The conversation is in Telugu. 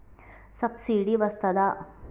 సబ్సిడీ వస్తదా?